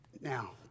Now